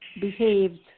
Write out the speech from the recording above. behaved